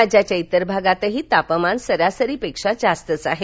राज्याच्या इतर भागातही तापमान सरासरीपेक्षा जास्तच आहे